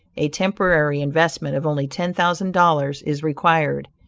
a temporary investment of only ten thousand dollars is required.